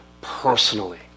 personally